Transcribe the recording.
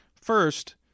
first